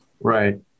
Right